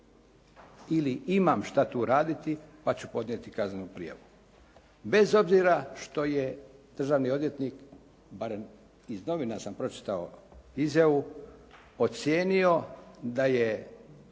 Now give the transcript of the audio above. ili imam šta tu raditi, pa ću podnijeti kaznenu prijavu, bez obzira što je državni odvjetnik barem iz novina sam pročitao izjavu ocijenio da je